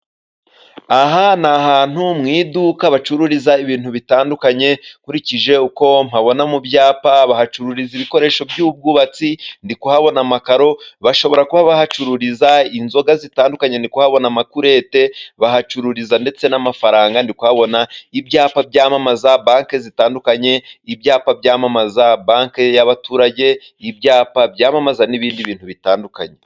Aha ni ahantu mu iduka bacururiza ibintu bitandukanye, nkurikije uko mpabona mu byapa, bahacururiza ibikoresho by'ubwubatsi ndi kuhabona amakaro, bashobora kuba bahacururiza inzoga zitandukanye ndi kuhabona amakulete, bahacururiza ndetse n'amafaranga ndi kuhabona ibyapa byamamaza banke zitandukanye, ibyapa byamamaza banki y'abaturage, ibyapa byamamaza n'ibindi bintu bitandukanye.